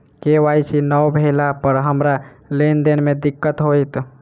KYC नै भेला पर हमरा लेन देन मे दिक्कत होइत?